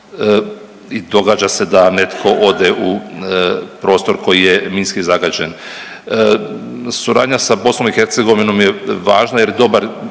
i događa se da netko ode u prostor koji je minski zagađen. Suradnja sa BiH je važna jer dobar